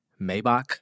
Maybach